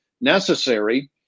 necessary